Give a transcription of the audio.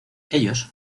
ellos